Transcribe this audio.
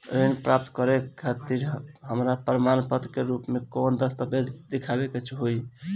ऋण प्राप्त करे खातिर हमरा प्रमाण के रूप में कौन दस्तावेज़ दिखावे के होई?